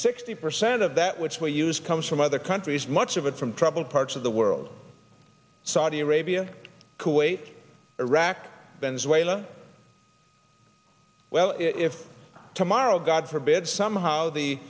sixty percent of that which we use comes from other countries much of it from troubled parts of the world saudi arabia kuwait iraq venezuela well if tomorrow god forbid somehow the